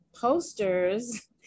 posters